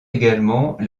également